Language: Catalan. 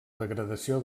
degradació